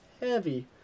heavy